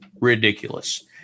ridiculous